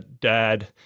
Dad